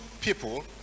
people